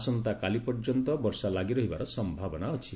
ଆସନ୍ତାକାଲି ପର୍ଯ୍ୟନ୍ତ ବର୍ଷା ଲାଗି ରହିବାର ସମ୍ଭାବନା ଅଛି